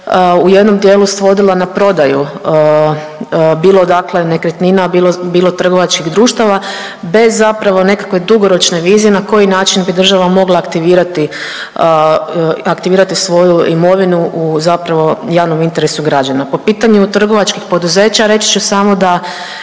u jednom dijelu svodila na prodaju bilo dakle nekretnina, bilo trgovačkih društava bez zapravo nekakve dugoročne vizije na koji način bi država mogla aktivirati, aktivirati svoju imovinu u zapravo javnom interesu građana. Po pitanju trgovačkih poduzeća reći ću samo da